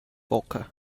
vodka